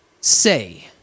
Say